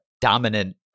dominant